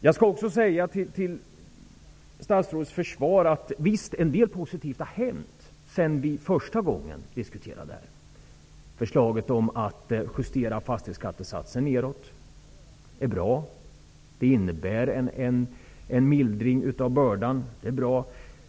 Jag skall också säga till statsrådets försvar att en del positivt har hänt sedan vi första gången diskuterade det här. Förslaget om att justera fastighetsskattesatsen nedåt är bra. Det innebär en mildring av bördan.